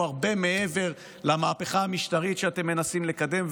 הרבה מעבר למהפכה המשטרית שאתם מנסים לקדם,